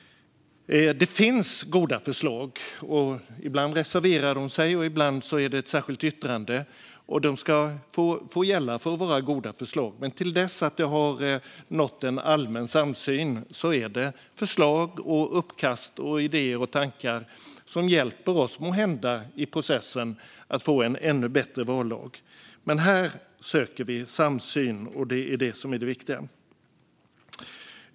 Det finns goda förslag. Ibland är det en reservation, och ibland är det ett särskilt yttrande. De ska få gälla som goda förslag. Men till dess att allmän samsyn har nåtts är de förslag, uppkast, idéer och tankar som måhända hjälper oss i processen med att få en ännu bättre vallag, men här söker vi samsyn. Det är det viktiga.